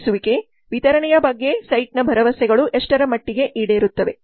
ಪೂರೈಸುವಿಕೆ ವಿತರಣೆಯ ಬಗ್ಗೆ ಸೈಟ್ನ ಭರವಸೆಗಳು ಎಷ್ಟರ ಮಟ್ಟಿಗೆ ಈಡೇರುತ್ತವೆ